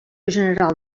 general